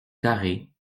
carrées